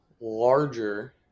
larger